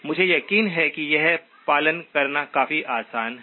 मुझे यकीन है कि यह पालन करना काफी आसान है